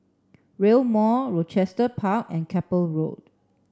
Rail Mall Rochester Park and Keppel Road